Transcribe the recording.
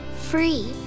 free